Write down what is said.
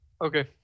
okay